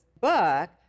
book